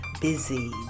busy